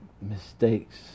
mistakes